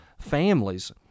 families